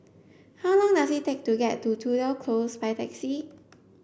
how long does it take to get to Tudor Close by taxi